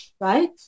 Right